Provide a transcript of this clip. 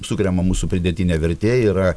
sukuriama mūsų pridėtinė vertė yra